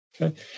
Okay